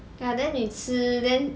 ya then 你吃 then